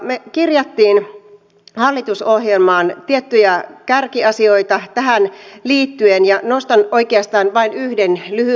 me kirjasimme hallitusohjelmaan tiettyjä kärkiasioita tähän liittyen ja nostan oikeastaan vain yhden lyhyesti esitellen